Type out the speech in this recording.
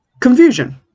confusion